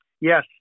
Yes